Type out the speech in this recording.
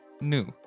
new